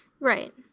Right